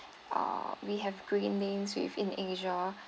uh we have greenland with in asia